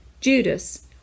Judas